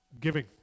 giving